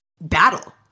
battle